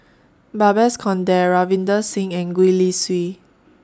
Babes Conde Ravinder Singh and Gwee Li Sui